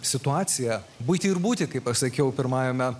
situaciją buitį ir būti kaip aš sakiau pirmajame